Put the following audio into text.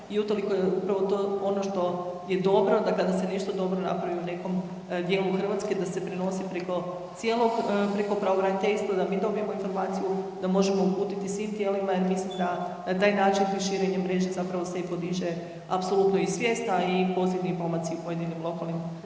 i utoliko je upravo to ono što je dobro da kada se nešto dobro napravi u nekom dijelu Hrvatske da se prenosi preko cijelog, preko pravobraniteljstva da mi dobijemo informaciju da možemo uputiti svim tijelima jer mislim da na taj način tim širenjem mreže zapravo se i podiže apsolutno i svijest, a i pozitivni pomaci u pojedinim lokalnim